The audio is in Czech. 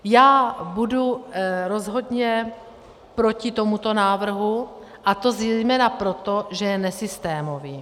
Já budu rozhodně proti tomuto návrhu, a to zejména proto, že je nesystémový.